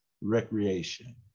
recreation